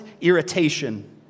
irritation